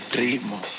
ritmo